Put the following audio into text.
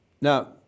Now